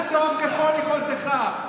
חטוף ככל יכולתך.